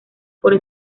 por